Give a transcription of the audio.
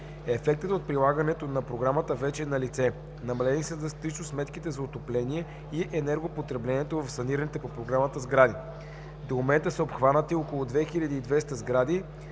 Ефектът от прилагането на програмата вече е налице. Намалени са драстично сметките за отопление и енергопотреблението в санираните по програмата сгради. До момента са обхванати около две хиляди